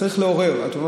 צריך לעורר את זה.